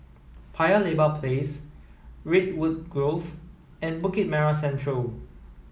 Paya Lebar Place Redwood Grove and Bukit Merah Central